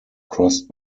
crossed